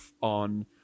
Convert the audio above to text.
on